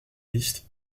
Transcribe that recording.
listes